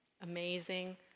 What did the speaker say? amazing